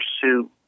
pursue